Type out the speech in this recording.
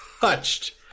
touched